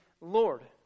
Lord